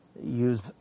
use